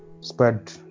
spread